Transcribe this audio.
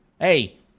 Hey